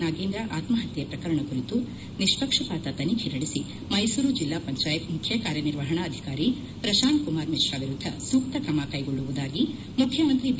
ನಾಗೇಂದ್ರ ಆತ್ಮಹತ್ಯೆ ಪ್ರಕರಣ ಕುರಿತು ನಿಷ್ಪಕ್ಷಪಾತ ತನಿಖೆ ನಡೆಸಿ ಮೈಸೂರು ಜಿಲ್ಲಾ ಪಂಚಾಯತ್ ಮುಖ್ಯ ಕಾರ್ಯ ನಿರ್ವಹಣಾಧಿಕಾರಿ ಪ್ರಶಾಂತ್ ಕುಮಾರ್ ಮಿಶ್ರಾ ವಿರುದ್ದ ಸೂಕ್ತ ಕ್ರಮ ಕೈಗೊಳ್ಳುವುದಾಗಿ ಮುಖ್ಯಮಂತ್ರಿ ಬಿ